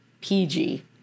PG